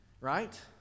right